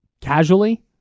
casually